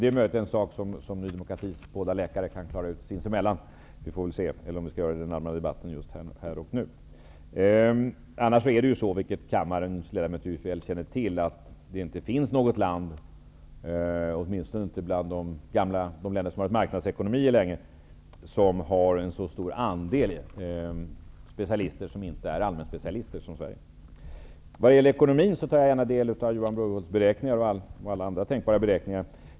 Det är möjligen något som Ny demokratis båda läkare kan klara ut sinsemellan, annars får vi klara ut det i den allmänna debatten här och nu. Som kammarens ledamöter känner till finns det inte något land, åtminstone inte bland de länder som har haft marknadsekonomier länge, som har en så stor andel specialister som inte är allmänspecialister som Sverige. När det gäller ekonomin tar jag gärna del av Johan Brohults beräkningar och alla andra tänkbara beräkningar.